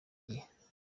gihe